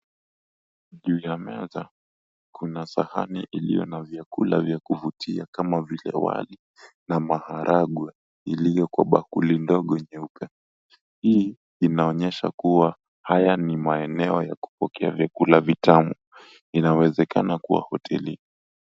Juu ya meza kuna sahani iliyo na vyakula vya kuvutia kama vile wali na maharagwe iliyo kwa bakuli ndogo nyeupe. Hii inaonyesha kua haya ni maeneo ya kupokea vyakula vitamu inawezekana kua hoteli.